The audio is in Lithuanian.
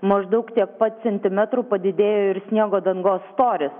maždaug tiek pat centimetrų padidėjo ir sniego dangos storis